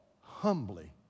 humbly